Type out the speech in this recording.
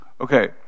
Okay